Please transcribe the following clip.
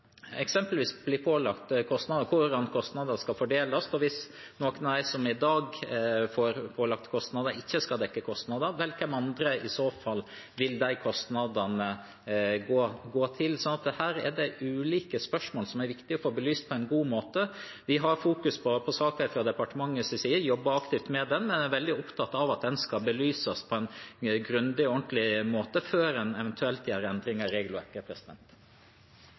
eksempelvis blir pålagt kostnader, og hvordan kostnader skal fordeles. Hvis noen av dem som i dag blir pålagt kostnader, ikke skal dekke dem, hvem andre vil i så fall få de kostnadene? Her er det ulike spørsmål som er viktig å få belyst på en god måte. Vi fokuserer på saken fra departementets side, jobber aktivt med den, men er veldig opptatt av at den skal belyses på en grundig og ordentlig måte før en eventuelt gjør endringer i regelverket.